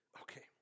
Okay